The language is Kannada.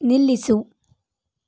ನಿಲ್ಲಿಸು